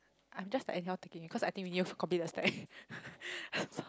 I'm just like anyhow thinking cause I think we need to complete the stack